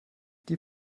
die